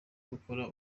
gukora